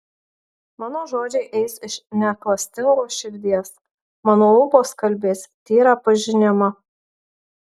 mano žodžiai eis iš neklastingos širdies mano lūpos kalbės tyrą pažinimą